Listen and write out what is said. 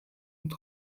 und